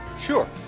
Sure